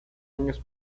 años